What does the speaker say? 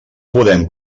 podem